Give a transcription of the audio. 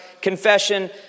confession